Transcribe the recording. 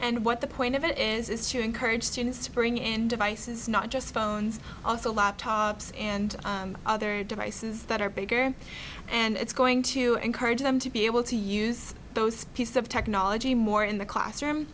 and what the point of it is is to encourage students to bring in devices not just phones also laptops and other devices that are bigger and it's going to encourage them to be able to use those piece of technology more in the classroom